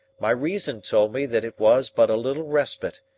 my reason told me that it was but a little respite,